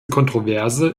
kontroverse